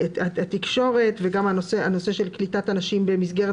התקשורת וגם הנושא של קליטת אנשים במסגרת